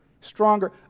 stronger